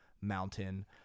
mountain